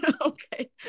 Okay